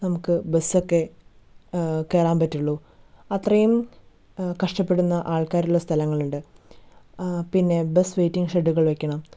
നമുക്ക് ബസ്സൊക്കെ കയറാൻ പറ്റുകയുള്ളു അത്രയും കഷ്ടപ്പെടുന്ന ആൾക്കാരുള്ള സ്ഥലങ്ങളുണ്ട് പിന്നെ ബസ് വെയിറ്റിംഗ് ഷെഡ്ഡുകൾ വെയ്ക്കണം